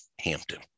Hampton